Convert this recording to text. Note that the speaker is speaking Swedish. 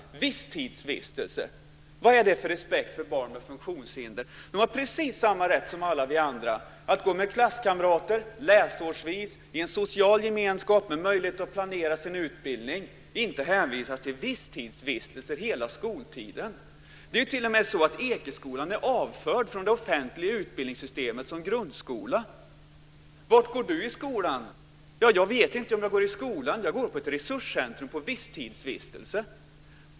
Vad är det för respekt för barn med funktionshinder? De har precis samma rätt som alla vi andra att tillsammans med klasskamrater gå läsårsvis i en social gemenskap med möjlighet att planera sin utbildning och inte hänvisas till visstidsvistelser hela skoltiden. Det är t.o.m. så att Ekeskolan är avförd från det offentliga utbildningssystemet som grundskola. Var går du i skola? Jag vet inte om jag går i skola. Jag går på ett resurscentrum på visstidsvistelse.